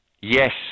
yes